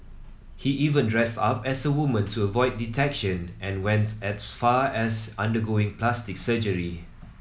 he even dressed up as a woman to avoid detection and went as far as undergoing plastic surgery